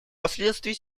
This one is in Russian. последствий